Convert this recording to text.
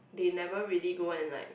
they never really go and like